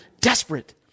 desperate